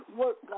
work